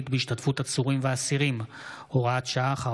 בהשתתפות עצורים ואסירים (הוראת שעה,